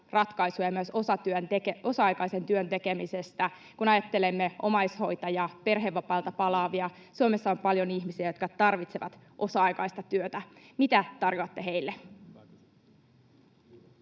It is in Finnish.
ratkaisuja myös osa-aikaisen työn tekemisestä, kun ajattelemme omaishoitajia, perhevapailta palaavia? Suomessa on paljon ihmisiä, jotka tarvitsevat osa-aikaista työtä. Mitä tarjoatte heille?